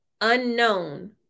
unknown